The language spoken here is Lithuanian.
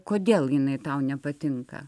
kodėl jinai tau nepatinka